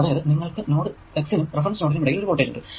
അതായതു നിങ്ങൾക്കു node x നും റഫറൻസ് നോഡ് നും ഇടയിൽ ഒരു വോൾടേജ് ഉണ്ട്